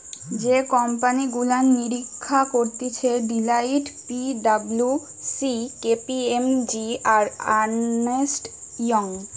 যে কোম্পানি গুলা নিরীক্ষা করতিছে Deloitte, P W C, K P M G, আর আর্নেস্ট ইয়ং